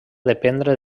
dependre